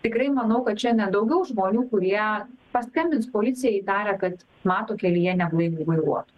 tikrai manau kad šiandien daugiau žmonių kurie paskambins policijai įtarę kad mato kelyje neblaivų vairuot